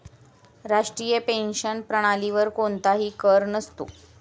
राष्ट्रीय पेन्शन प्रणालीवर कोणताही कर नसतो